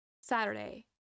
Saturday